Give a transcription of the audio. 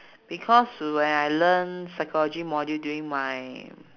because when I learn psychology module during my